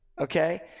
okay